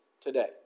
today